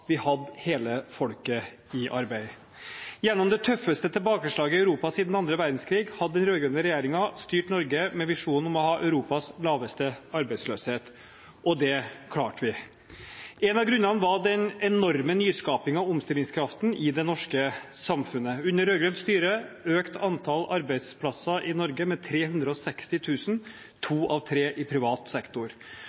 vi hadde hele folket i arbeid. Gjennom det tøffeste tilbakeslaget i Europa siden andre verdenskrig hadde den rød-grønne regjeringen styrt Norge med en visjon om å ha Europas laveste arbeidsløshet, og det klarte vi. Én av grunnene var den enorme nyskapingen og omstillingskraften i det norske samfunnet. Under rød-grønt styre økte antallet arbeidsplasser i Norge med 360 000, to av tre i privat sektor.